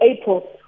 April